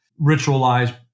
ritualized